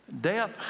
death